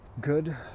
good